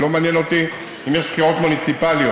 ולא מעניין אותי אם יש בחירות מוניציפליות.